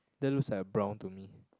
that looks like a brown to me